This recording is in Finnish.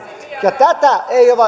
ja tätä eivät